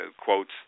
quotes